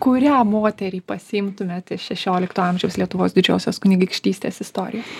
kurią moterį pasiimtumėt iš šešiolikto amžiaus lietuvos didžiosios kunigaikštystės istorijos